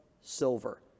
silver